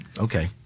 okay